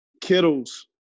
Kittles